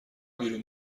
بیرون